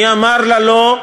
מי אמר לה לא?